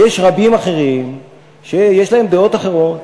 ויש רבים אחרים שיש להם דעות אחרות